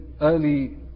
early